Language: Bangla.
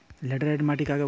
লেটেরাইট মাটি কাকে বলে?